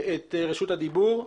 נמצאת אתנו?